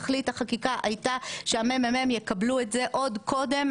תכלית החקיקה הייתה שהמ.מ.מ יקבלו את זה עוד קודם